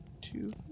Two